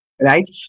right